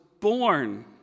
born